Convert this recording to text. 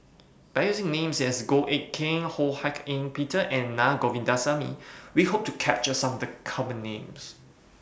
By using Names such as Goh Eck Kheng Ho Hak Ean Peter and Naa Govindasamy We Hope to capture Some of The Common Names